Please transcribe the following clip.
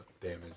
damage